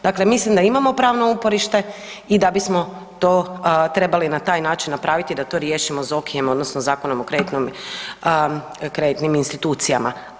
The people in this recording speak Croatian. Znači mislim da imamo pravno uporište i da bismo to trebali na taj način napraviti da to riješimo ZOKI-em odnosno Zakonom o kreditnim institucijama.